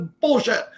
bullshit